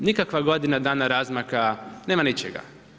Nikakva godina dana razmaka, nema ničega.